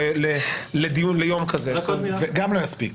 זה גם לא יספיק.